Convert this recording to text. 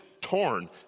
torn